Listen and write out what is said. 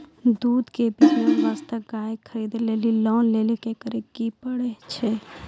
दूध के बिज़नेस वास्ते गाय खरीदे लेली लोन लेली की करे पड़ै छै?